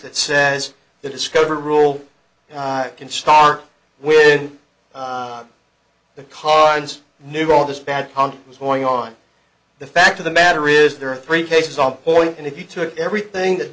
that says the discovery rule can start when the cards knew all this bad conduct was going on the fact of the matter is there are three cases on point and if you took everything that